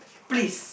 please